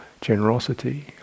generosity